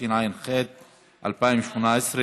התשע"ח 2018,